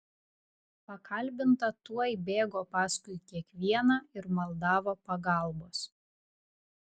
pakalbinta tuoj bėgo paskui kiekvieną ir maldavo pagalbos